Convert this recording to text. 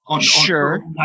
Sure